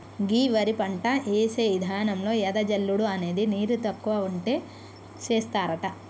గీ వరి పంట యేసే విధానంలో ఎద జల్లుడు అనేది నీరు తక్కువ ఉంటే సేస్తారట